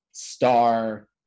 Star